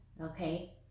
Okay